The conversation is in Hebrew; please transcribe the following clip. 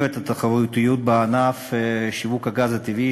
את התחרותיות בענף שיווק הגז הטבעי,